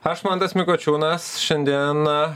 aš mantas mikočiūnas šiandieną